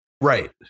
Right